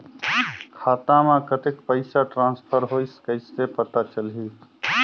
खाता म कतेक पइसा ट्रांसफर होईस कइसे पता चलही?